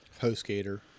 HostGator